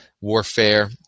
warfare